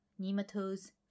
nematodes